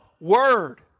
word